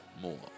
more